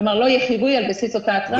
כלומר, לא יהיה חיווי על בסיס אותה התראה.